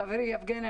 חברי יבגני,